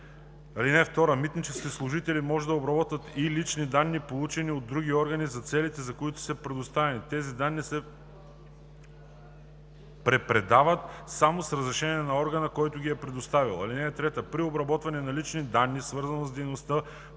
(2) Митническите служители може да обработват и лични данни, получени от други органи, за целите, за които са предоставени. Тези данни се препредават само с разрешение на органа, който ги е предоставил. (3) При обработване на лични данни, свързано с дейностите